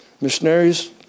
Missionaries